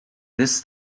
this